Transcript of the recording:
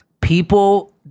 People